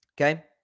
Okay